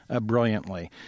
brilliantly